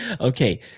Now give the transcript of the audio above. Okay